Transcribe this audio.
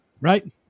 right